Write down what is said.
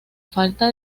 falta